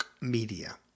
Media